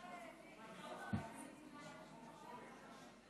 ידעת מתי להתחלף.